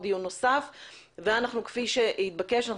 וכפי שהתבקש,